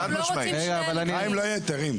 חיים, לא יהיו היתרים.